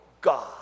God